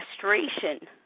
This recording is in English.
frustration